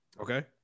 Okay